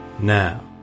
Now